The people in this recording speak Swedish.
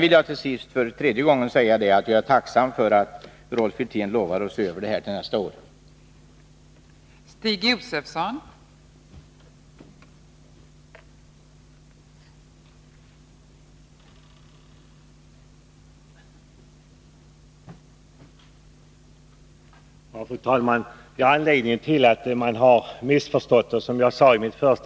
Till sist vill jag för tredje gången säga att jag är tacksam för att Rolf Wirtén lovat att se över dessa bestämmelser till nästa år.